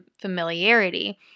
familiarity